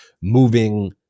moving